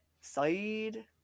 Side